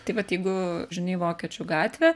taip vat jeigu žinai vokiečių gatvę